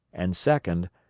and second,